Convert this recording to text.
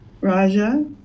Raja